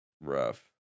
rough